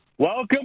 Welcome